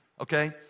okay